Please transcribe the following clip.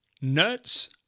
nuts